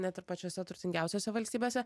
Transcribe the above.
net ir pačiose turtingiausiose valstybėse